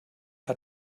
hat